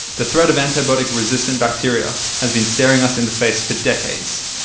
the threat of antibiotic resistant bacteria has been staring us in the face for decades.